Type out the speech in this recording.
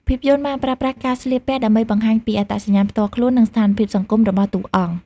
ភាពយន្តបានប្រើប្រាស់ការស្លៀកពាក់ដើម្បីបង្ហាញពី អត្តសញ្ញាណផ្ទាល់ខ្លួន និងស្ថានភាពសង្គម របស់តួអង្គ។